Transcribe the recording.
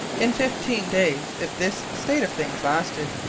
in fifteen days, if this state of things lasted,